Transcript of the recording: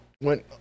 went